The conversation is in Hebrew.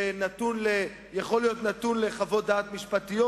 זה יכול להיות נתון לחוות דעת משפטיות